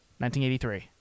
1983